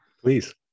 Please